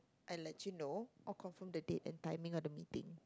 and let you know of confirm the date and timing of the meeting